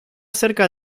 cerca